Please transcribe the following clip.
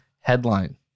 headline